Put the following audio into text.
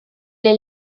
est